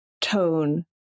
tone